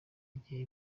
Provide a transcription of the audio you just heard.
igihe